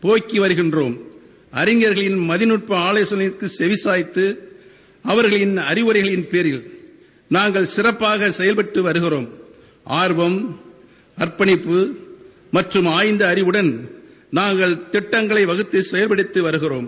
போக்கி வருகின்றோம் அறிஞர்களின் மதிநட்ப ஆலோசனைகளுக்கு செவி சாய்த்து அவர்களின் அறிவுரைகளின் பேரில் நாங்கள் சிறப்பாக செயல்பட்டு வருகிறோம் ஆர்வும் அர்ப்பணிப்பு மற்றும் ஆய்ந்த அறிவுகள் நாங்கள் திட்டங்களை வகுத்து செயல்படுத்தி வருகிறோம்